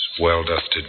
well-dusted